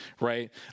Right